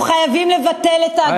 לכן אנחנו חייבים לבטל את תאגידי המים.